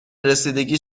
رسیدگی